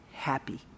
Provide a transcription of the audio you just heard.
happy